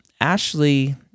Ashley